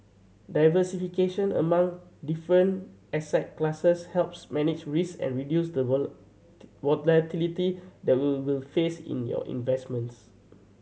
diversification among different asset classes helps manage risk and reduce the volatility that we will face in your investments